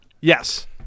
Yes